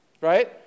Right